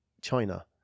China